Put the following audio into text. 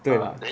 对啦